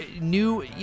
new